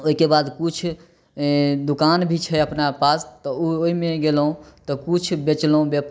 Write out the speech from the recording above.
ओहिके बाद किछु ए दुकान भी छै अपना पास तऽ ओ ओहिमे गेलहुॅं तऽ किछु बेचहुॅं ब